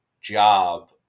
job